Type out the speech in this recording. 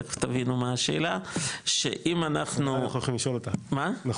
תיכף תבינו מה השאלה שאם אנחנו --- אנחנו יכולים לשאול אותה גם.